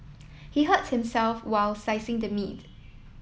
he hurt himself while slicing the meat